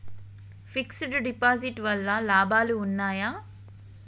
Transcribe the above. Fix డ్ deposit వల్ల లాభాలు ఉన్నాయి?